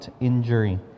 injury